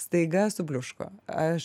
staiga subliuško aš